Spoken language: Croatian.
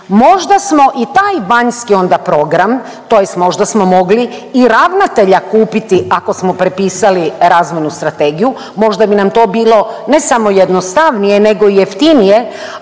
Možda smo i taj vanjski onda program tj. možda smo mogli i ravnatelja kupiti ako smo prepisali razvojnu strategiju, možda bi nam to bilo ne samo jednostavnije nego i jeftinije,